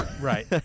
Right